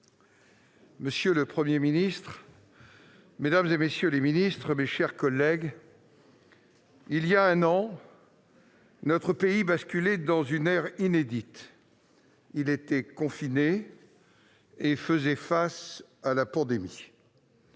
Monsieur le Premier ministre, mesdames, messieurs les ministres, mes chers collègues, il y a un an, notre pays basculait dans une ère inédite : il était confiné et faisait face à la pandémie.